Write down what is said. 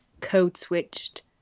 code-switched